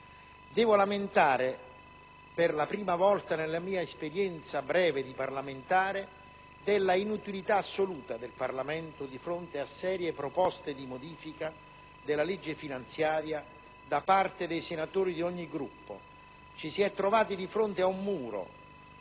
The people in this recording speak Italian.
Devo lamentare, per la prima volta nella mia breve esperienza di parlamentare, l'inutilità assoluta del Parlamento di fronte a serie proposte di modifica della legge finanziaria da parte dei senatori di ogni Gruppo. Ci si è trovati di fronte ad un muro,